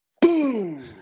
boom